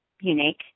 unique